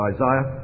Isaiah